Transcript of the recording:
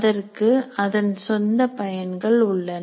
அதற்கு அதன் சொந்த பயன்கள் உள்ளன